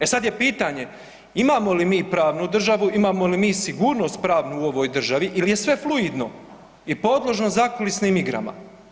E sad je pitanje imamo li mi pravnu državu, imamo li mi sigurnost pravnu u ovoj državi ili je sve fluidno i podložno zakulisnim igrama?